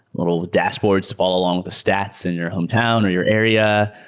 little dashboards to follow along with the stats in your hometown or your area.